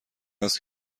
است